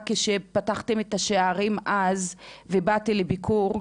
כשפתחתם את השערים אז ובאתי לביקור,